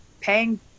paying